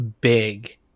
big